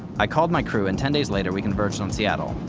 i called my crew and ten days later we converged on seattle.